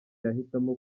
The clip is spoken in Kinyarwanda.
yahitamo